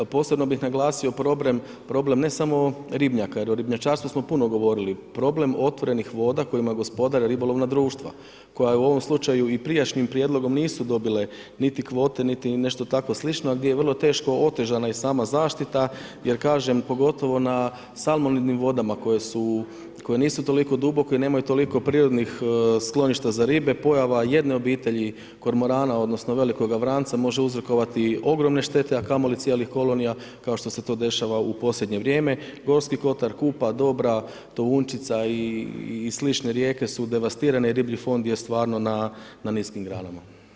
Posebno bih naglasio problem ne samo ribnjaka jer o ribnjačarstvu smo puno govori, problem otvorenih voda kojima gospodare ribolovna društva, koja u ovom slučaju i prijašnjim prijedlogom nisu dobile niti kvote niti nešto tako slično gdje je vrlo teško otežana i sama zaštita jer kažem pogotovo na salmonidnim vodama koje nisu toliko duboke nemaju toliko prirodnih skloništa za ribe, pojava jedne obitelji kormorana odnosno velikoga vranca može uzrokovati ogromne štete a kamoli cijelih kolonija kao što se to dešava u posljednje vrijeme, Gorski kotar, Kupa, Dobra, Tounjčica i sl. rijeke su devastirane, riblji fond je stvarno na niskim granama.